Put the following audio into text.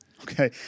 okay